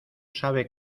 sabe